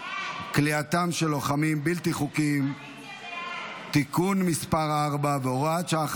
כליאתם של לוחמים בלתי חוקיים (תיקון מס' 4 והוראת שעה,